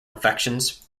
infections